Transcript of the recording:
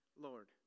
Lord